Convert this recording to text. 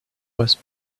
was